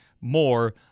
more